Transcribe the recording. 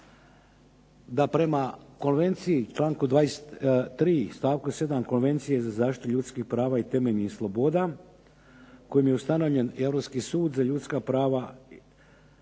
da prema Konvenciji članku 3. stavku 7. Konvencije za zaštitu ljudskih prava i temeljnih sloboda kojim je ustanovljen i Europski sud za ljudska prava i koji